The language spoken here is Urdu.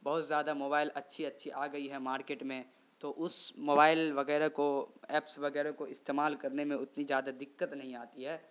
بہت زیادہ موبائل اچھی اچھی آ گئی ہے مارکیٹ میں تو اس موائل وغیرہ کو ایپس وغیرہ کو استعمال کرنے میں اتنی زیادہ دقت نہیں آتی ہے